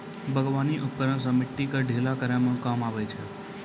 बागबानी उपकरन सें मिट्टी क ढीला करै म काम आबै छै